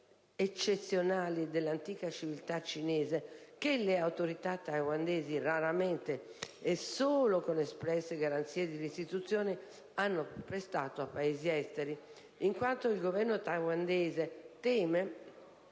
eccezionali dell'antica civiltà cinese che le autorità taiwanesi raramente, e solo con espresse garanzie di restituzione, hanno prestato a Paesi esteri, in quanto il Governo taiwanese teme